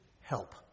help